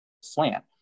slant